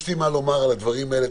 יש לי מה לומר על הדברים האלה.